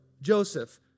Joseph